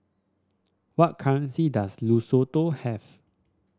what currency does Lesotho have